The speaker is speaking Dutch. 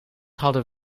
hadden